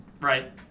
Right